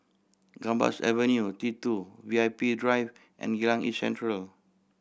Gambas Avenue T Two V I P Drive and Geylang East Central